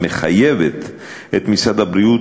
המחייבת את משרד הבריאות,